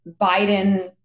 Biden